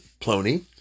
Plony